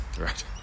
right